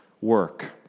work